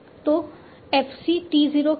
तो f c t 0 क्या है